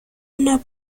una